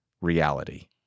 reality